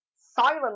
Silent